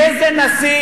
יהיה זה נשיא,